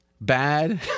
bad